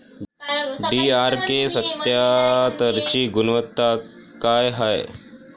DRK सत्यात्तरची गुनवत्ता काय हाय?